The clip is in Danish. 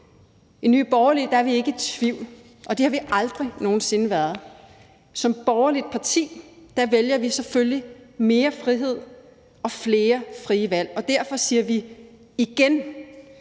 I Nye Borgerlige er vi ikke i tvivl, og det har vi aldrig nogen sinde været. Som borgerligt parti vælger vi selvfølgelig mere frihed og flere frie valg, og derfor siger vi igen